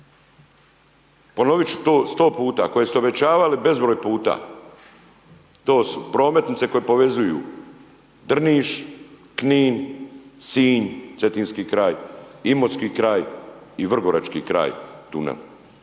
ponovit ću to 100 puta, koje ste obećavali bezbroj puta to su prometnice koje povezuju Drniš, Knin, Sinj, Cetinski kraj, Imotski kraj i Vrgorački kraj